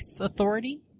Authority